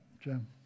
Jim